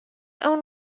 own